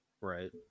right